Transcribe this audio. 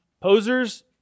Posers